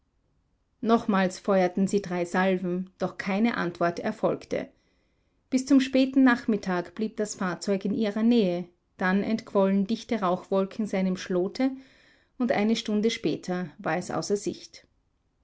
nochmals feuerten sie drei salven doch keine antwort erfolgte bis zum späten nachmittag blieb das fahrzeug in ihrer nähe dann entquollen dichte rauchwolken seinem schlote und eine stunde später war es außer sicht